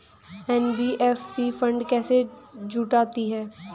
NBFC fund कैसे जुटाती है?